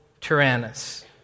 Tyrannus